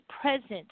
present